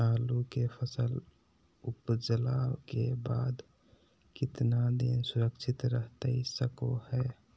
आलू के फसल उपजला के बाद कितना दिन सुरक्षित रहतई सको हय?